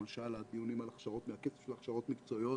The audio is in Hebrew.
למשל, הכסף של הכשרות מקצועיות,